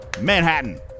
Manhattan